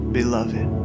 beloved